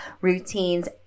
routines